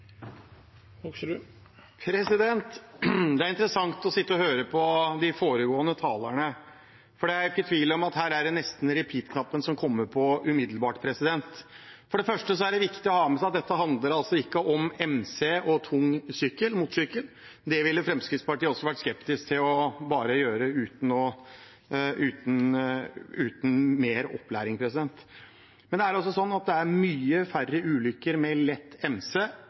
interessant å sitte og høre på de foregående talerne, for her er det ikke tvil om at repeat-knappen kommer på nesten umiddelbart. For det første er det viktig å ha med seg at dette handler ikke om MC og tung motorsykkel – det ville også Fremskrittspartiet vært skeptisk til å gjøre uten mer opplæring. Men det er altså mange færre ulykker med lett MC enn med